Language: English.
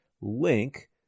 link